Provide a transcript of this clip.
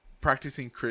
practicing